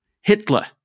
Hitler